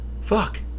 fuck